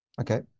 Okay